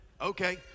Okay